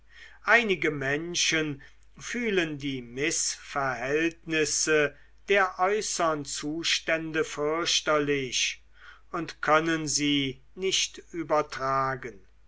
einige menschen fühlen die mißverhältnisse der äußern zustände fürchterlich und können sie nicht übertragen